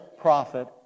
profit